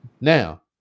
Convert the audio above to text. Now